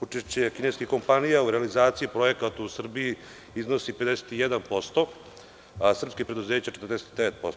Učešće kineskih kompanija u realizaciji projekata u Srbiji iznosi 51%, a srpskih preduzeća 49%